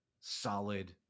solid